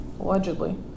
allegedly